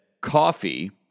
coffee